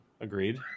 agreed